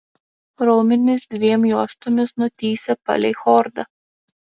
raumenys dviem juostomis nutįsę palei chordą